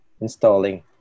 installing